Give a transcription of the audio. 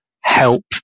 help